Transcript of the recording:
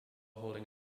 holding